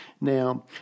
Now